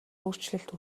өөрчлөлт